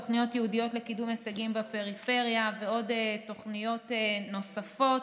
תוכניות ייעודיות לקידום הישגים בפריפריה ועוד תוכניות נוספות.